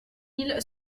mille